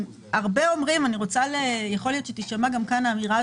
יכול להיות שתישמע האמירה,